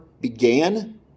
began